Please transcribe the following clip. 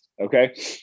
Okay